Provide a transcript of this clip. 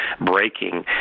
breaking